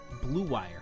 BLUEWIRE